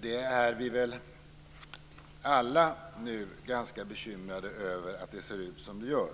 Vi är nog alla ganska bekymrade över att polisväsendet ser ut som det gör.